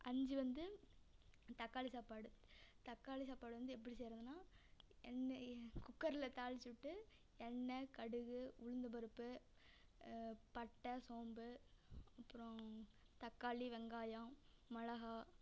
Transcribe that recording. அஞ்சு வந்து தக்காளி சாப்பாடு தக்காளி சாப்பாடு வந்து எப்படி செய்கிறதுன்னா என்ன குக்கரில் தாளித்து விட்டு எண்ணெய் கடுகு உளுந்தம் பருப்பு பட்டை சோம்பு அப்புறம் தக்காளி வெங்காயம் மிளகா